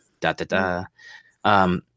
da-da-da